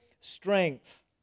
strength